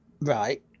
right